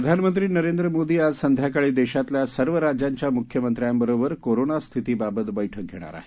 प्रधानमंत्री नरेंद्र मोदी आज संध्याकाळी देशातल्या सर्व राज्यांच्या मुख्यमंत्र्यांबरोबर कोरोना स्थितीबाबत बठक घेणार आहेत